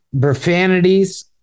profanities